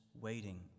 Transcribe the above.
waiting